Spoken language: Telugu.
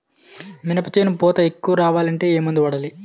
మినప చేను పూత ఎక్కువ రావాలి అంటే ఏమందు వాడాలి?